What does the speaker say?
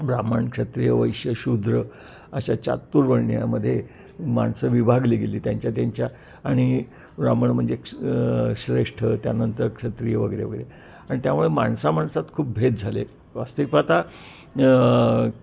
ब्राह्मण क्षत्रिय वैश्य शुद्र अशा चातुर्वर्ण्यामध्ये माणसं विभागली गेली त्यांच्या त्यांच्या आणि ब्राह्मण म्हणजे श्रेष्ठ त्यानंतर क्षत्रिय वगैरे वगैरे आणि त्यामुळे माणसा माणसात खूप भेद झाले वास्तविक पाहता